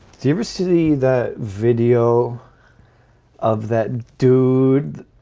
do you ever see that video of that dude?